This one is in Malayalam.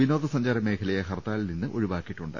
വിനോദ സഞ്ചാരമേഖലയെ ഹർത്താലിൽനിന്ന് ഒഴിവാക്കിയിട്ടുണ്ട്